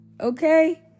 Okay